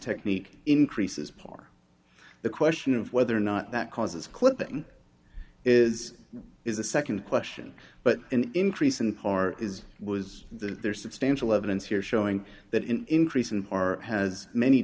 technique increases par the question of whether or not that causes clipping is is a second question but an increase in part is was the there is substantial evidence here showing that in increase in our has many